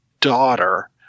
daughter